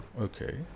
Okay